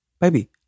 baby